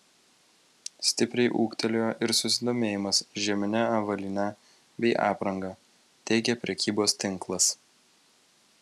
stipriai ūgtelėjo ir susidomėjimas žiemine avalyne bei apranga teigia prekybos tinklas